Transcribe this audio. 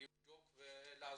לבדוק ולעזור?